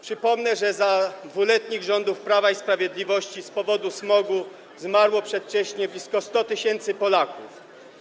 Przypomnę, że za 2-letnich rządów Prawa i Sprawiedliwości z powodu smogu zmarło przedwcześnie blisko 100 tys. Polaków.